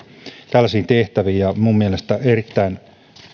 tällaisiin tehtäviin minun mielestäni erittäin